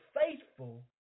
faithful